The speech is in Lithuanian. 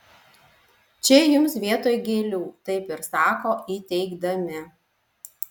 čia jums vietoj gėlių taip ir sako įteikdami